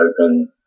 open